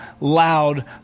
loud